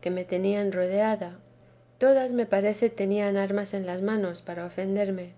que me tenían rodeada todas me parece tenían armas en las manos para ofenderme